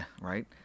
Right